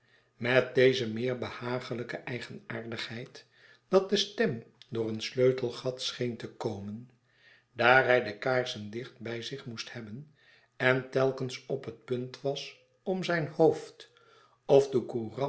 met deze meer behaaglijke eigenaardigheid dat de stem door een sleutelgat scheen te komen daar hij de kaarsen dicht bij zich moest hebben en telkens op het punt was om zijn hoofd of de